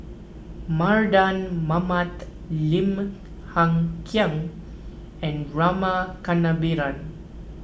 Mardan Mamat Lim Hng Kiang and Rama Kannabiran